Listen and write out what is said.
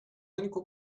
único